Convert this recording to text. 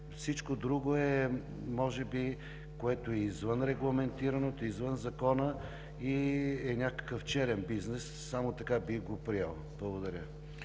Всичко друго, което е извън регламентираното, извън закона, е може би някакъв черен бизнес. Само така бих го приел. Благодаря